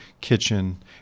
Kitchen